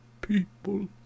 people